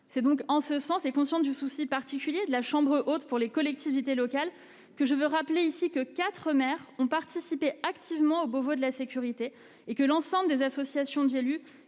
C'est donc en ce sens, et avec conscience du souci particulier de la Haute Assemblée pour les collectivités locales, que je veux rappeler ici que quatre maires ont participé activement au Beauvau de la sécurité et que l'ensemble des associations d'élus